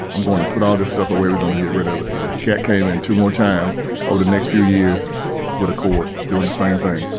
i'm going to put all this stuff away. we're going to get rid of it. the cat came in two more times over the next few years with a cord, doing the same thing.